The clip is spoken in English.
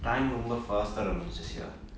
time ரொம்ப:romba fast run பன்னுச்சு:pannuchu